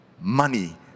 money